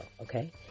okay